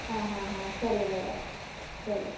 ಹಾಂ ಹಾಂ ಹಾಂ ಸರಿ ಮೇಡಮ್ ಸರಿ